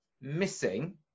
missing